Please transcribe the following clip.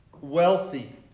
Wealthy